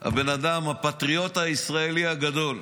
הבן אדם הפטריוט הישראלי הגדול,